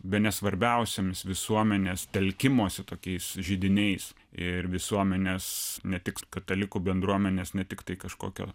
bene svarbiausiomis visuomenės telkimosi tokiais židiniais ir visuomenės ne tik katalikų bendruomenės ne tiktai kažkokio